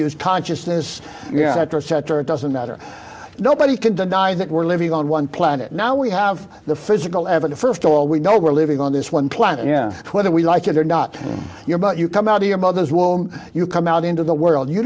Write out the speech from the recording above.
use consciousness you know that it doesn't matter nobody can deny that we're living on one planet now we have the physical evidence st of all we know we're living on this one planet yeah whether we like it or not your but you come out of your mother's womb you come out into the world you